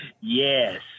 Yes